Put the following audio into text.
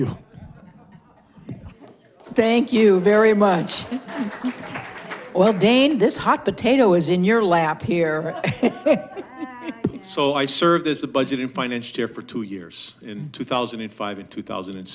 you thank you very much well dan this hot potato is in your lap here so i served as the budget in finance here for two years in two thousand and five and two thousand and